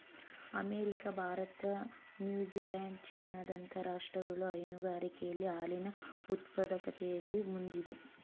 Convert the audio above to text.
America, Bharat, New Zealand, China ದಂತ ರಾಷ್ಟ್ರಗಳು ಹೈನುಗಾರಿಕೆಯಲ್ಲಿ ಹಾಲಿನ ಉತ್ಪಾದಕತೆಯಲ್ಲಿ ಮುಂದಿದೆ